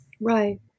Right